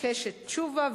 "קשת" תשובה,